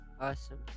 awesome